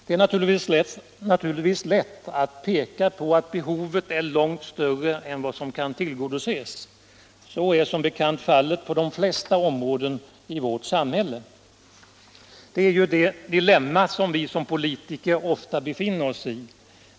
Det är naturligtvis lätt att peka på att behovet är långt större. Så är som bekant fallet på de flesta områden i vårt samhälle. Det är ju det dilemma som vi som politiker ofta befinner oss i.